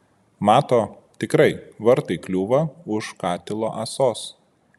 mato tikrai vartai kliūva už katilo ąsos